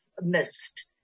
missed